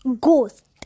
Ghost